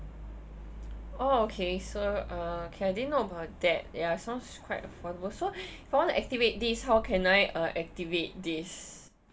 orh okay so uh okay I didn't know about that ya sounds quite affordable so I want to activate this how can I uh activate this